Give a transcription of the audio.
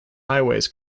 highways